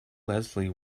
leslie